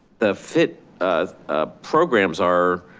the fit ah ah programs are,